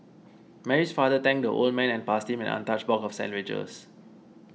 Mary's father thanked the old man and passed him an untouched box of sandwiches